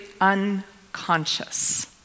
unconscious